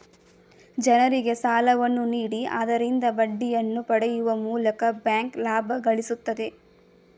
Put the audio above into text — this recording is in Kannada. ಜನರಿಗೆ ಸಾಲವನ್ನು ನೀಡಿ ಆದರಿಂದ ಬಡ್ಡಿಯನ್ನು ಪಡೆಯುವ ಮೂಲಕ ಬ್ಯಾಂಕ್ ಲಾಭ ಗಳಿಸುತ್ತದೆ